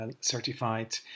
certified